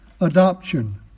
adoption